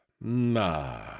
nah